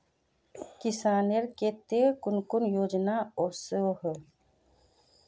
किसानेर केते कुन कुन योजना ओसोहो?